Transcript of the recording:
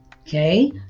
Okay